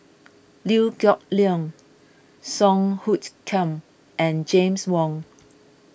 Liew Geok Leong Song Hoot Kiam and James Wong